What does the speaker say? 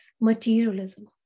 materialism